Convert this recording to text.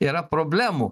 yra problemų